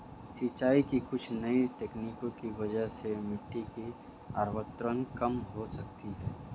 सिंचाई की कुछ नई तकनीकों की वजह से मिट्टी की उर्वरता कम हो सकती है